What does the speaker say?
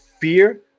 fear